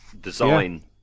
design